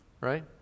right